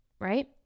right